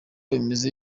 bimeze